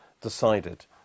decided